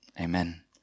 amen